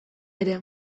ere